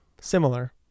similar